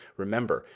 remember,